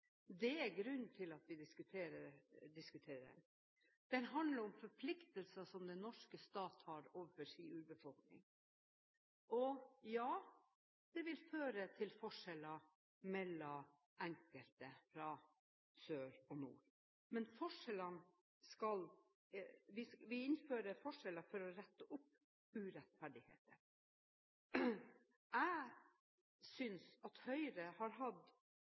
det er grunnen til at vi diskuterer den. Den handler om forpliktelser som den norske stat har overfor sin urbefolkning, og ja – det vil føre til forskjeller mellom enkelte i sør og nord, men vi innfører forskjeller for å rette opp i urettferdigheter. Jeg synes at Høyre har hatt